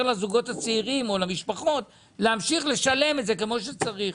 לזוגות הצעירים או למשפחות להמשיך לשלם את זה כמו שצריך.